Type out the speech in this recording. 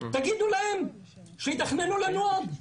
תגידו להם שיתכננו לנו עוד,